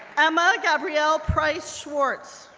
emma gabrielle price schwartz,